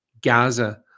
Gaza